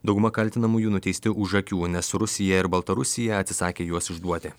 dauguma kaltinamųjų nuteisti už akių nes rusija ir baltarusija atsisakė juos išduoti